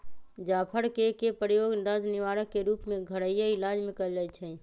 जाफर कें के प्रयोग दर्द निवारक के रूप में घरइया इलाज में कएल जाइ छइ